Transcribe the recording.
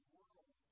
world